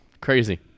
Crazy